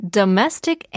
domestic